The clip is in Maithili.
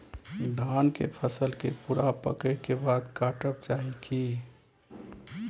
धान के फसल के पूरा पकै के बाद काटब चाही की?